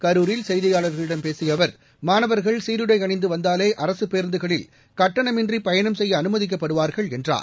கரூரில் செய்தியாளர்களிடம் பேசிய அவர் மாணவர்கள் சீருடை அணிந்து வந்தாலே அரசுப் பேருந்துகளில் கட்டணமின்றி பயணம் செய்ய அனுமதிக்கப்படுவார்கள் என்றார்